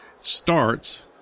starts